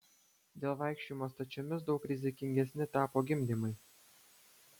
dėl vaikščiojimo stačiomis daug rizikingesni tapo gimdymai